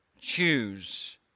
choose